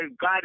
God